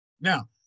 Now